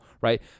Right